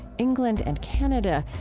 england and canada,